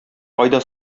кайда